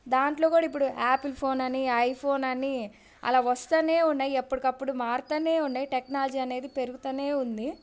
దాంట్లో కూడా ఇప్పుడు ఆపిల్ ఫోన్ అని ఐఫోన్ అని అలా వస్తు ఉన్నాయి ఎప్పటికప్పుడు మారుతు ఉన్నాయి టెక్నాలజీ అనేది పెరుగుతు ఉంది